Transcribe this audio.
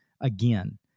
again